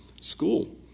School